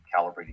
calibrating